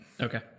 okay